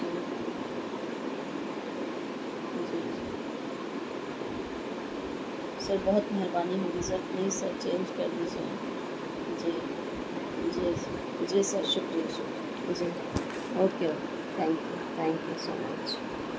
جی sir بہت مہربانی ہوگی سر پلیز سر چینج کر دیجئے سر جی جی جی سر شکریہ شکریہ جی okay okay thank you thank you so much